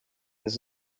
does